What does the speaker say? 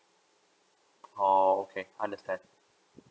oh okay understand